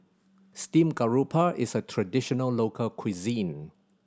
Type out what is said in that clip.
steamed garoupa is a traditional local cuisine